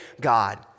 God